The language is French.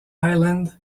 island